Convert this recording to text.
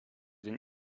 denn